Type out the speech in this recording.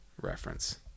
reference